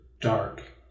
dark